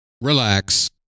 relax